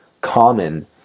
common